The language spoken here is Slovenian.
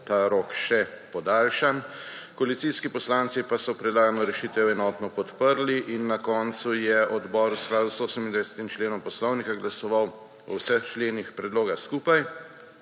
ta rok še podaljšan. Koalicijski poslanci pa so predlagano rešitev enotno podprli. Na koncu je odbor v skladu s 28. členom poslovnika glasoval o vseh členih predloga skupaj